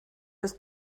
bis